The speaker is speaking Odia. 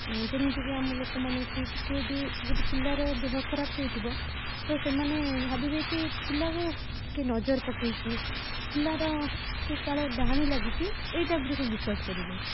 ଯେମିତିକି ଆମ ଲୋକମାନେ ଏଠି ଟିକେ ଯଦି ଗୋଟେ ପିଲାର ଦେହ ଖରାପ ହୋଇଥିବ ତ ସେମାନେ ଭାବିବେ କି ପିଲାକୁ କିଏ ନଜର ପକାଉଛି ପିଲାର କିଏ କାଳେ ଡାହାଣୀ ଲାଗିଛି ଏଇ ଟାଇପ୍ର ସବୁ ବିଶ୍ୱାସ କରିବେ